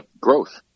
growth